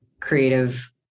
creative